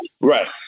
Right